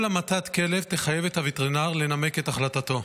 כל המתת כלב תחייב את הווטרינר לנמק את החלטתו.